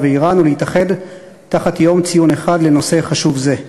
ואיראן ולהתאחד תחת יום ציון אחד לנושא חשוב זה.